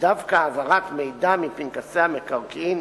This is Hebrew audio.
שדווקא העברת מידע מפנקסי המקרקעין